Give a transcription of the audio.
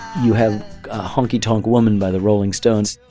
you have honky tonk woman by the rolling stones.